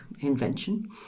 invention